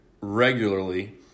regularly